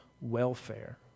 welfare